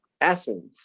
essence